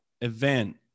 event